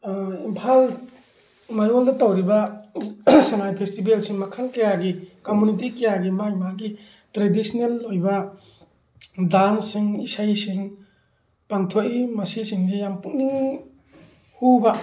ꯏꯝꯐꯥꯜ ꯃꯌꯣꯜꯗ ꯇꯧꯔꯤꯕ ꯁꯉꯥꯏ ꯐꯦꯁꯇꯤꯕꯦꯜꯁꯤ ꯃꯈꯜ ꯀꯌꯥꯒꯤ ꯀꯝꯃꯨꯅꯤꯇꯤ ꯀꯌꯥꯒꯤ ꯃꯥꯒꯤ ꯃꯥꯒꯤ ꯇ꯭ꯔꯦꯗꯤꯁꯟꯅꯦꯜ ꯑꯣꯏꯕ ꯗꯥꯟꯁꯁꯤꯡ ꯏꯁꯩꯁꯤꯡ ꯄꯥꯡꯊꯣꯛꯏ ꯃꯁꯤ ꯁꯤꯡꯁꯤ ꯌꯥꯝ ꯄꯨꯛꯅꯤꯡ ꯍꯨꯕ